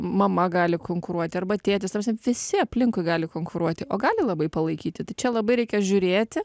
mama gali konkuruoti arba tėtis ta prasme visi aplinkui gali konkuruoti o gali labai palaikyti tai čia labai reikia žiūrėti